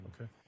Okay